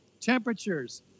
temperatures